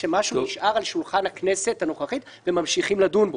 שמשהו נשאר על שולחן הכנסת הנוכחית וממשכים לדון בו.